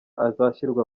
azashyirwa